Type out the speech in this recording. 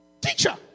Teacher